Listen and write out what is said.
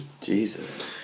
Jesus